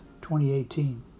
2018